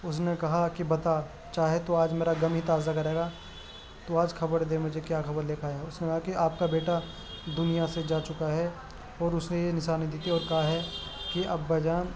اس نے کہا کہ بتا چاہے تو آج میرا غم ہی تازہ کرے گا تو آج خبر دے مجھے کیا خبر لے کے آیا ہے اس نے کہا کہ آپ کا بیٹا دنیا سے جا چکا ہے اور اس نے یہ نشانی دی تھی اور کہا ہے کہ ابا جان